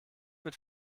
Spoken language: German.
mit